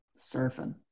Surfing